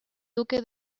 duque